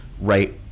right